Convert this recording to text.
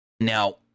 Now